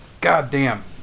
goddamn